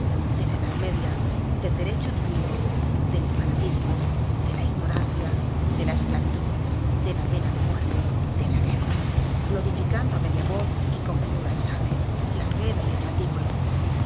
de la edad media del derecho divino del fanatismo de la ignorancia de la esclavitud de la pena de muerte de la guerra glorificando á media voz y con finura el sable la'hoguera y el patíbulo